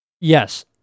Yes